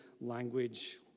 language